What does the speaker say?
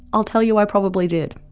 i will tell you i probably did.